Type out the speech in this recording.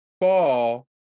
fall